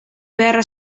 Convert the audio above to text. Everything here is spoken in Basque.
beharra